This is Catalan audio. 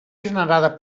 generada